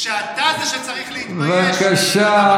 כשאתה זה שצריך להתבייש, בבקשה.